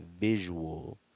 visual